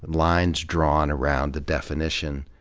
and lines drawn around the definition.